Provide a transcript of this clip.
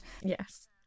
Yes